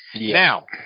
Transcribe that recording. Now